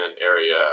area